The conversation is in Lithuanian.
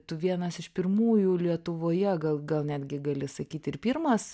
tu vienas iš pirmųjų lietuvoje gal gal netgi gali sakyti ir pirmas